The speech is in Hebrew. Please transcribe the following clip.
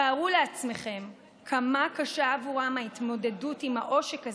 תארו לעצמכם כמה קשה עבורם ההתמודדות עם העושק הזה,